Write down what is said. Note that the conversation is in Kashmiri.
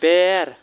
بیر